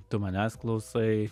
tu manęs klausai